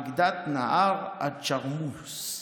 על גדת נהר צ'רמוש,